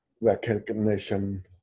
recognition